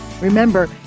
remember